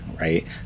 right